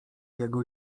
jego